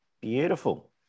Beautiful